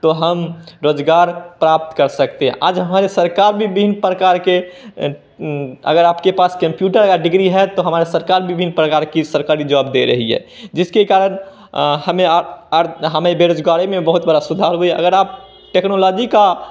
तो हम रोज़गार प्राप्त कर सकते हैं आज हमारी सरकार विभिन्न प्रकार की अगर आपके पास केम्प्यूटर की डिग्री है तो हमारी सरकार विभिन्न प्रकार के सरकारी जॉब दे रही है जिसके कारण हमें हमें बेरोज़गारी में बहुत बड़ा सुधार हुआ है अगर आप टेक्नोलॉजी का